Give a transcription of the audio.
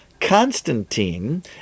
Constantine